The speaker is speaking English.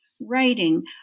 writing